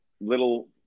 little